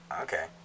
Okay